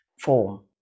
form